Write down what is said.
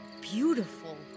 beautiful